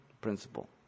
principle